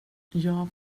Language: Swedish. jag